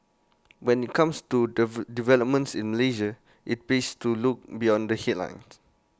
when IT comes to developments in Malaysia IT pays to look beyond the headlines